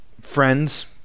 friends